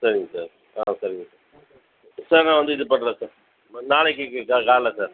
thank you sir ஆ thank you sir sir நான் வந்து இது பண்ணுறேன் சார் நாளைக்கிக்கு காலைல சார்